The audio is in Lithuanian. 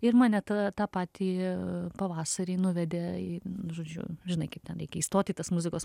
ir mane tada tą patį pavasarį nuvedė į žodžiu žinai kaip ten reikia įstot į tas muzikos